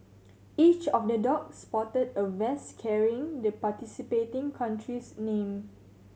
each of the dog sported a vest carrying the participating country's name